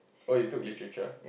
oh you took Literature